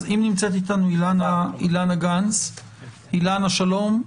אז אם נמצאת איתנו אילנה גנס, אילנה, שלום.